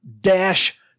dash